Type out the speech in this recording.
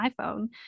iphone